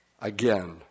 again